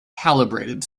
calibrated